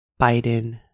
Biden